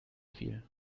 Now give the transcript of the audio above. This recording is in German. viel